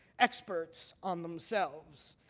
experts on themselves.